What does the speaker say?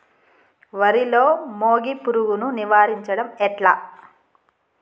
వరిలో మోగి పురుగును నివారించడం ఎట్లా?